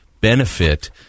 benefit